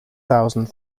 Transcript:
thousand